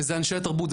וזה אנשי התרבות,